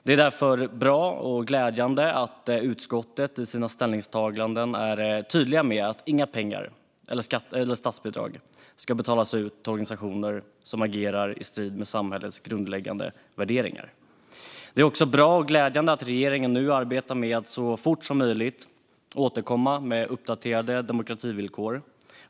Det är därför bra och glädjande att utskottet i sina ställningstaganden är tydligt med att inga skattepengar eller statsbidrag ska betalas ut till organisationer som agerar i strid med samhällets grundläggande värderingar. Det är också bra och glädjande att regeringen nu arbetar med att så fort som möjligt återkomma med uppdaterade demokrativillkor.